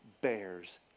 bears